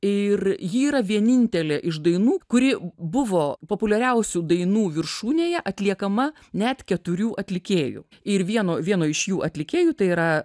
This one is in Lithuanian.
ir ji yra vienintelė iš dainų kuri buvo populiariausių dainų viršūnėje atliekama net keturių atlikėjų ir vieno vieno iš jų atlikėjų tai yra